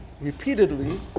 repeatedly